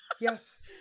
yes